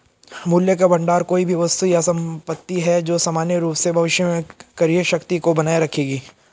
मूल्य का भंडार कोई भी वस्तु या संपत्ति है जो सामान्य रूप से भविष्य में क्रय शक्ति को बनाए रखेगी